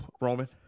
Roman